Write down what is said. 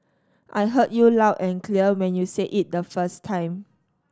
I heard you loud and clear when you said it the first time